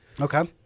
Okay